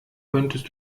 könntest